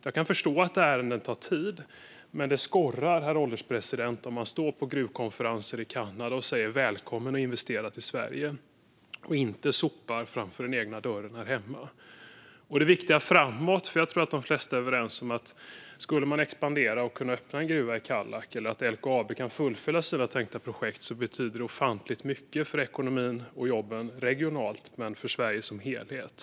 Jag kan förstå att ärenden tar tid, men det skorrar om man står på gruvkonferenser i Kanada och säger "Välkommen att investera i Sverige!" och inte sopar framför egen dörr här hemma. Jag tror att de flesta är överens om att om man kan expandera och öppna en gruva i Kallak eller om LKAB kan fullfölja sina tänkta projekt skulle det betyda ofantligt mycket för ekonomin och jobben regionalt och för Sverige som helhet.